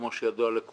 כמו שידוע לכולם,